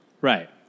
Right